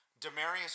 Demarius